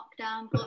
lockdown